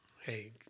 Hey